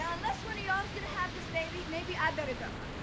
um unless one of ya'll's gonna have this baby, maybe i better go.